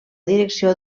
direcció